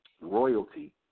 royalty